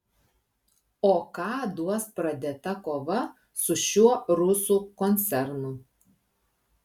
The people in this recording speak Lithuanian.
o ką duos pradėta kova su šiuo rusų koncernu